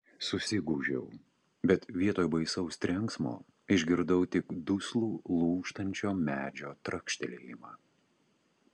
susigūžiau bet vietoj baisaus trenksmo išgirdau tik duslų lūžtančio medžio trakštelėjimą